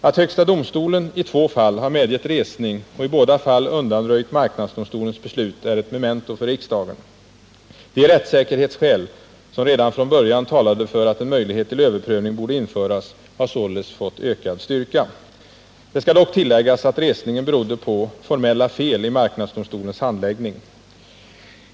Att högsta domstolen i två fall har medgett resning och i båda fallen undanröjt marknadsdomstolens beslut är ett memento för riksdagen. De rättssäkerhetsskäl som redan från början talade för att en möjlighet till överprövning borde införas har således fått ökad styrka. Det skall dock tilläggas att resningen berodde på formella fel i marknadsdomstolens handläggning.